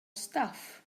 stuff